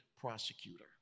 prosecutor